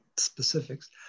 specifics